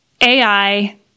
AI